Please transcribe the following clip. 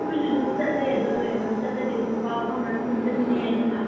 ꯑꯩꯈꯣꯏꯁꯨ ꯑꯗꯨꯝ ꯆꯠꯂꯦ ꯑꯗꯣ ꯅꯈꯣꯏꯁꯨ ꯑꯗꯨꯝ ꯆꯠꯂꯗꯤ ꯄꯥꯎ ꯐꯥꯎꯅꯔꯒ ꯄꯨꯟꯅ ꯆꯠꯃꯤꯟꯅ ꯌꯥꯏꯗꯅ